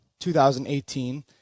2018